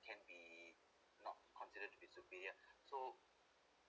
can be not considered to be superior so